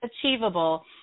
achievable